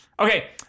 Okay